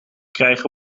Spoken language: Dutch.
krijgen